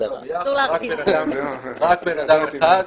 רק בן אדם אחד.